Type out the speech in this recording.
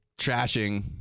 trashing